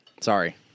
Sorry